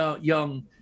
young